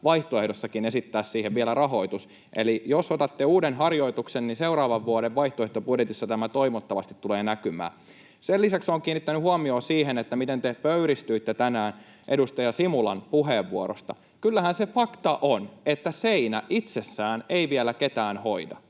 vaihtoehdossakin esittää siihen vielä rahoitus. Eli jos otatte uuden harjoituksen, niin seuraavan vuoden vaihtoehtobudjetissa tämä toivottavasti tulee näkymään. Sen lisäksi olen kiinnittänyt huomiota siihen, miten te pöyristyitte tänään edustaja Simulan puheenvuorosta. Kyllähän se fakta on, että seinä itsessään ei vielä ketään hoida.